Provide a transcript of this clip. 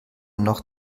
noch